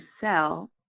sell